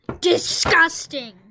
Disgusting